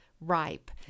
ripe